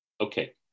okay